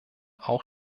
auch